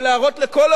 באופן מיידי,